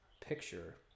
picture